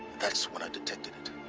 that's when i detected it.